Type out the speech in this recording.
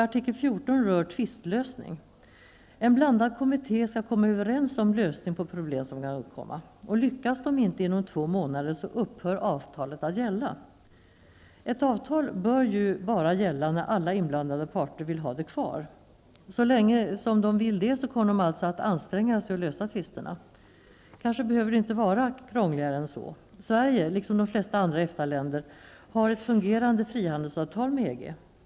Artikel 14 rör tvistlösning. En blandad kommitté skall komma överens om lösning på problem som kan uppkomma. Lyckas de inte inom två månader, upphör avtalet att gälla. Ett avtal bör ju bara gälla när alla inblandade parter vill ha det kvar. Så länge de vill ha det kommer de alltså att anstränga sig för att lösa tvisterna. Det behöver kanske inte vara krångligare än så. Sverige, liksom de flesta andra EFTA-länder, har ett fungerande frihandelsavtal med EG.